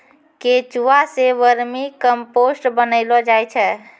केंचुआ सें vermicompost बनैलो जाय छै